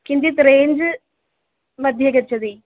किञ्चित् रेञ्ज्मध्ये गच्छति